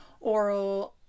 oral